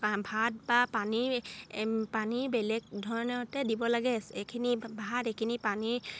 ভাত বা পানীৰ পানী বেলেগ ধৰণতে দিব লাগে এইখিনি ভাত এইখিনি পানী